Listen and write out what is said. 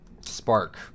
spark